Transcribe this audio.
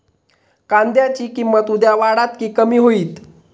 कांद्याची किंमत उद्या वाढात की कमी होईत?